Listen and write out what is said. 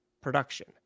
production